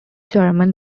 german